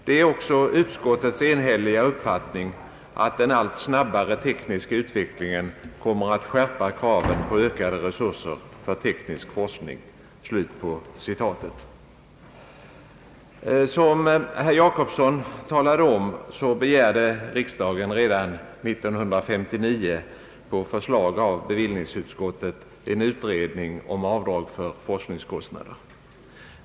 Det är också utskottets enhälliga uppfattning att den allt snabbare tekniska utvecklingen kommer att skärpa kraven på ökade resurser för teknisk forskning.» Som herr Gösta Jacobsson nämnde begärde riksdagen redan 1959 på förslag av bevillningsutskottet en utredning om rätt till avdrag för forskningskostnader.